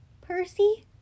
Percy